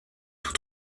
tout